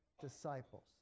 disciples